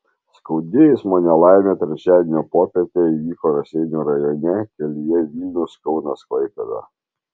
skaudi eismo nelaimė trečiadienio popietę įvyko raseinių rajone kelyje vilnius kaunas klaipėda